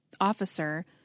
officer